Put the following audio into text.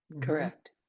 Correct